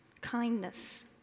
kindness